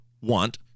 want